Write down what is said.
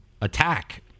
attack